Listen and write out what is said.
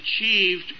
achieved